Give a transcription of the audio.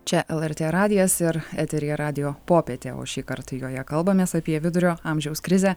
čia lrt radijas ir eteryje radijo popietė o šįkart joje kalbamės apie vidurio amžiaus krizę